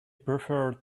preferred